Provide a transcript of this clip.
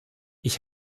ich